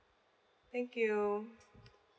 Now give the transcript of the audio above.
thank you